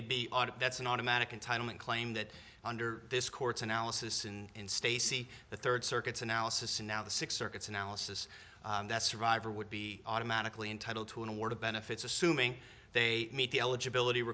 they be that's an automatic in time and claim that under this court's analysis and stacy the third circuit's analysis and now the six circuits analysis that survivor would be automatically entitled to an award of benefits assuming they meet the eligibility